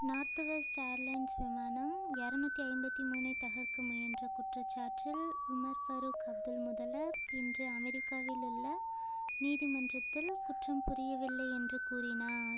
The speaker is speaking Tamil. நார்த்வெஸ்ட் ஏர்லைன்ஸ் விமானம் இரநூற்றி ஐம்பத்தி மூணை தகர்க்க முயன்ற குற்றச்சாட்டில் உமர் ஃபரூக் அப்துல்முதல்லப் இன்று அமெரிக்காவில் உள்ள நீதிமன்றத்தில் குற்றம் புரியவில்லை என்று கூறினார்